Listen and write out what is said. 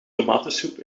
tomatensoep